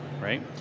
right